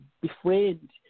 befriend